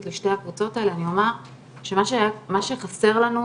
לשתי הקבוצות האלה אני אומר שמה שחסר לנו,